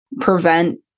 prevent